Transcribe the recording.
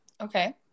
Okay